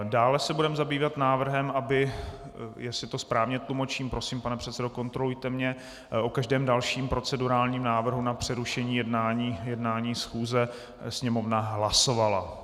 Dále se budeme zabývat návrhem, aby jestli to správně tlumočím, prosím, pane předsedo, kontrolujte mě o každém dalším procedurálním návrhu na přerušení jednání schůze Sněmovna hlasovala.